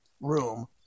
room